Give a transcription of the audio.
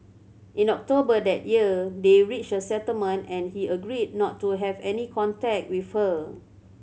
in October that year they reached a settlement and he agreed not to have any contact with her